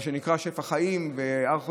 מה שנקרא שפע חיים והר חוצבים,